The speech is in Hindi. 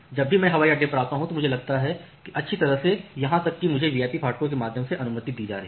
जब भी मैं हवाई अड्डे पर जाता हूं तो मुझे लगता है कि अच्छी तरह से यहां तक कि मुझे वीआईपी फाटकों के माध्यम से अनुमति दी जा रही है